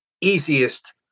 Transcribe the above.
easiest